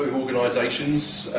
organisations,